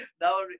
now